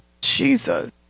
Jesus